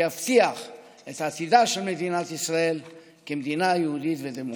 שיבטיח את עתידה של מדינת ישראל כמדינה יהודית ודמוקרטית.